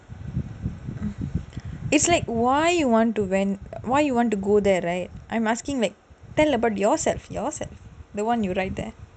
it's like why you want to went why you want to go there right I'm asking tell about yourself yourself the one you write